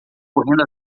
correndo